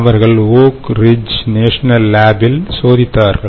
அவர்கள் Oak Ridge National Lab இல் சோதித்தார்கள்